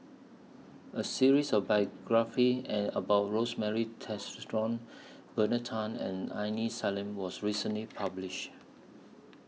A series of biographies and about Rosemary Bernard Tan and Aini Salim was recently published